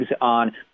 on